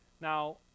Now